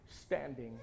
standing